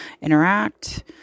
interact